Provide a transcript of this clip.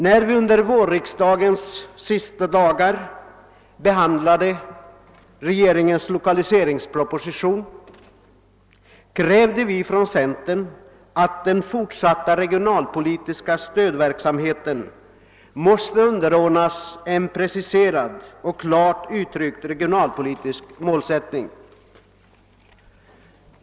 När regeringens lokaliseringsproposition behandlades under vårriksdagens sista dagar krävde centern att den fortsatta regionalpolitiska stödverksamheten skulle underordnas en preciserad och klart uttryckt regionalpolitisk målsättning.